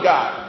God